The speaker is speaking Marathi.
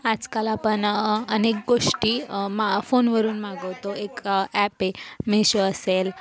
आजकाल आपण अनेक गोष्टी मा फोनवरून मागवतो एक ॲप आहे मीशो असेल